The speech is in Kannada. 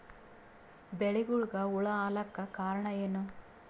ಬೆಳಿಗೊಳಿಗ ಹುಳ ಆಲಕ್ಕ ಕಾರಣಯೇನು?